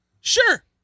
Sure